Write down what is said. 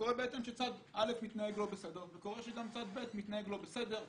קורה גם שצד א' התנהג לא בסדר או צד ב' התנהג לא בסדר.